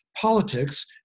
politics